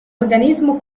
organismo